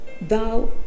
thou